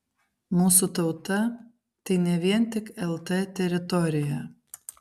mūsų tauta tai ne vien tik lt teritorija